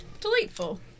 Delightful